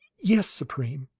yes, supreme.